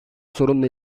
sorunla